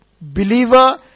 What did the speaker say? believer